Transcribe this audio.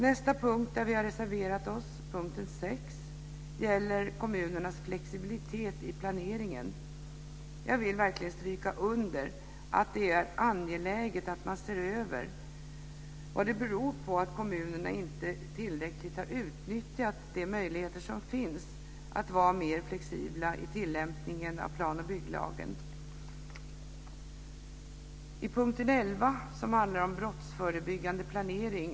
Nästa punkt där vi har reserverat oss, punkt 6, gäller kommunernas flexibilitet i planeringen. Jag vill verkligen stryka under att det är angeläget att man ser över vad det beror på att kommunerna inte tillräckligt har utnyttjat de möjligheter som finns att vara mer flexibla i tillämpningen av plan och bygglagen. Punkt 11 handlar om brottsförebyggande planering.